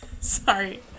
Sorry